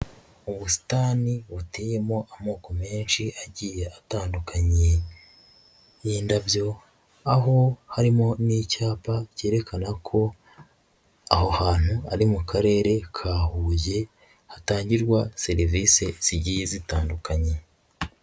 Ubusitani buteyemo amoko menshi agiye atandukanye nk'indabyo aho harimo n'icyapa cyerekana ko aho hantu ari mu karere ka Huye hatangirwa serivisi zigiye zitandukanye.